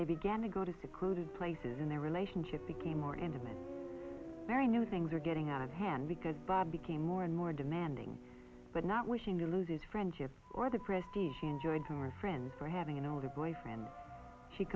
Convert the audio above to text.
they began to go to secluded places and their relationship became more intimate very new things are getting out of hand because bob became more and more demanding but not wishing to lose his friendship or the prestige he enjoyed her friend for having an older boyfriend she